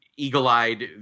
eagle-eyed